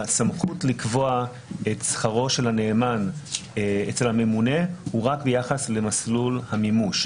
הסמכות לקבוע את שכרו של הנאמן אצל הממונה היא רק ביחס למסלול המימוש,